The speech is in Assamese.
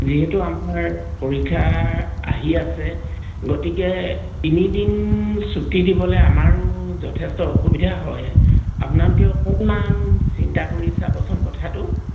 যিহেতু আমাৰ পৰীক্ষা আহি আছে গতিকে তিনিদিন ছুটি দিবলৈ আমাৰো যথেষ্ট অসুবিধা হয় আপোনালোকে অকণমান চিন্তা কৰি চাবচোন কথাটো